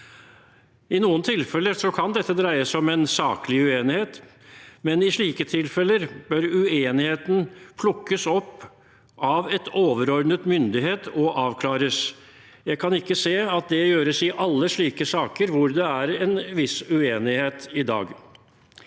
fra Sivilombudet 2023 seg om en saklig uenighet, men i slike tilfeller bør uenigheten plukkes opp av en overordnet myndighet og avklares. Jeg kan ikke se at det gjøres i alle saker hvor det er en viss uenighet i dag.